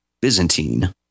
byzantine